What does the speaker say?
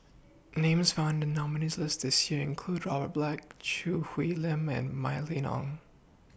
Names found in The nominees' list This Year include Robert Black Choo Hwee Lim and Mylene Ong